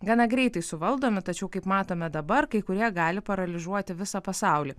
gana greitai suvaldomi tačiau kaip matome dabar kai kurie gali paralyžiuoti visą pasaulį